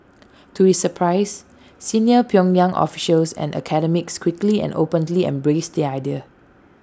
to his surprise senior pyongyang officials and academics quickly and openly embraced the idea